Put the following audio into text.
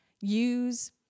use